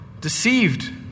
deceived